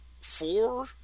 Four